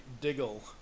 diggle